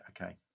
Okay